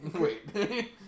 Wait